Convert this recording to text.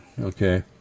Okay